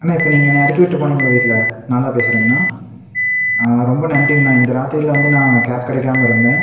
அண்ணா இப்போ நீங்கள் என்னை இறக்கி விட்டு போனிங்கள்ல வீட்டில் நான்தான் பேசுறேங்கண்ணா ஆ ரொம்ப நன்றிங்கண்ணா இந்த ராத்திரியில் வந்து நான் கேப் கிடைக்காம இருந்தேன்